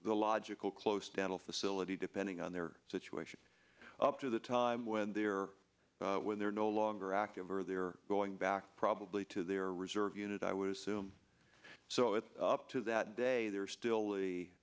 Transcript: the logical close dental facility depending on their situation up to the time when they're when they're no longer active or they're going back probably to their reserve unit i would assume so it's up to that day they're still the